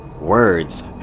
Words